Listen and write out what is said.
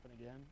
again